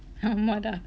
ஆமாடா:aamaadaa